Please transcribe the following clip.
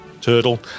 Turtle